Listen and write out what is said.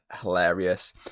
hilarious